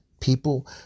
People